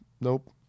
nope